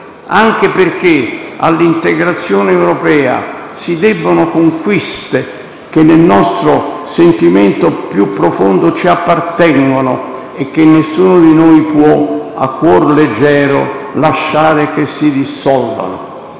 anche perché all'integrazione europea si debbono conquiste che nel nostro sentimento più profondo ci appartengono e che nessuno di noi può, a cuor leggero, lasciare che si dissolvano.